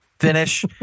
Finish